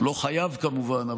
הוא לא חייב כמובן,